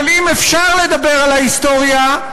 אבל אם אפשר לדבר על ההיסטוריה,